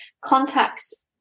Contacts